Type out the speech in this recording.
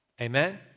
Amen